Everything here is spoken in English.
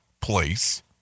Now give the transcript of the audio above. place